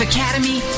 Academy